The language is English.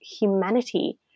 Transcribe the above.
humanity